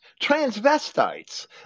transvestites